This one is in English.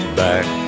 back